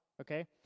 okay